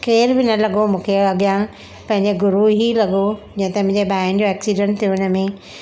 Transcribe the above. केर बि न लॻो मूंखे अॻियां पंहिंजो गुरू ई लॻो जॾहिं त मुंहिंजी ॿाह जो एक्सीडेंट थियो हिनमें